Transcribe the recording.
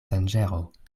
danĝero